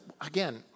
again